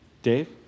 Dave